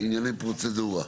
ענייני פרוצדורה.